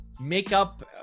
makeup